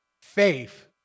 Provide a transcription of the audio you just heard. Faith